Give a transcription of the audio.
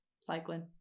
Cycling